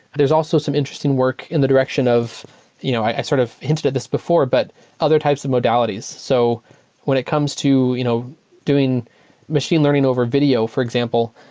there's also some interesting work in the direction of you know i sort of hinted at this before, but other types of modalities. so when it comes to you know doing machine learning over video, for example,